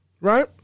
right